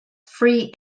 free